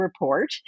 Report